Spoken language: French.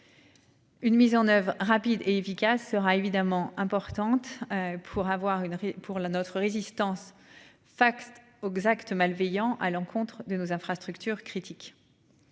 Une mise en oeuvre rapide et efficace sera évidemment importante. Pour avoir une pour la notre résistance Fax aux actes malveillants à l'encontre de nos infrastructures critiques.